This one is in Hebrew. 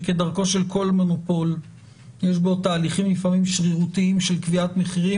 שכדרכו של כל מונופול יש בו תהליכים לפעמים שרירותיים של קביעת מחירים,